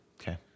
Okay